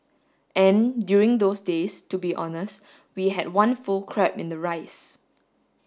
and during those days to be honest we had one full crab in the rice